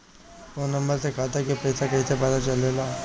Phone number से खाता के पइसा कईसे पता चलेला?